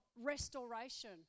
restoration